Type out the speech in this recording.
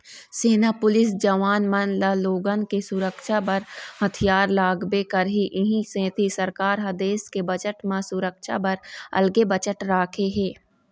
सेना, पुलिस जवान मन ल लोगन के सुरक्छा बर हथियार लागबे करही इहीं सेती सरकार ह देस के बजट म सुरक्छा बर अलगे बजट राखे हे